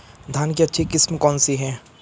धान की अच्छी किस्म कौन सी है?